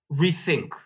rethink